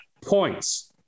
points